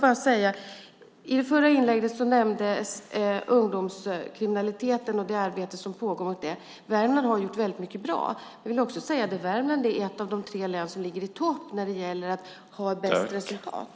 I förra inlägget nämndes ungdomskriminaliteten och det arbete som pågår mot den. Värmland har gjort mycket bra och är ett av de tre län som ligger i topp när det gäller att ha bäst resultat.